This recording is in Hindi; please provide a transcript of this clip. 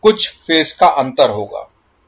कुछ फेज का अंतर होगा